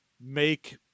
make